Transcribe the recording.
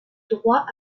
droit